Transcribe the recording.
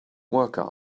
worker